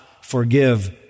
forgive